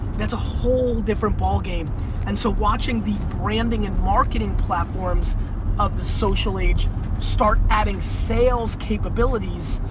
that's a whole different ballgame and so watching the branding and marketing platforms of the social age start adding sales capabilities,